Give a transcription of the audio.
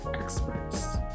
experts